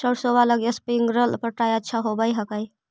सरसोबा लगी स्प्रिंगर पटाय अच्छा होबै हकैय?